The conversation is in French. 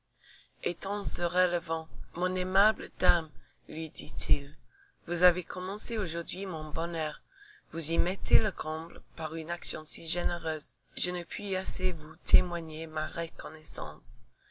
et en se relevant mon aimable dame lui ditil vous avez commencé aujourd'hui mon bonheur vous y mettez le comble par une action si généreuse je ne puis assez vous témoigner ma reconnaissance